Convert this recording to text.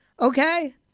Okay